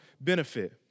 benefit